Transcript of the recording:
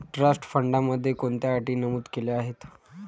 Trust फंडामध्ये कोणत्या अटी नमूद केल्या आहेत?